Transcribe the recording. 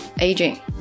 aging